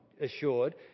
assured